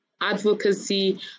advocacy